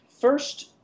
first